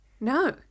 No